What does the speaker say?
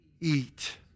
eat